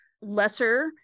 lesser